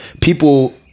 people